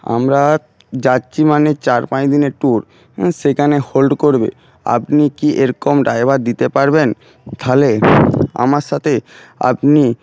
আমরা যাচ্ছি মানে চার পাঁচ দিনের ট্যুর সেখানে হোল্ড করবে আপনি কি এরকম ড্রাইভার দিতে পারবেন তাহলে আমার সাথে আপনি